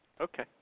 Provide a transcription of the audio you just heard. Okay